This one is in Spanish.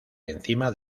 encima